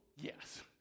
yes